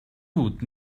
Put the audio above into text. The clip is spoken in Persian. بود